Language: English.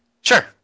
Sure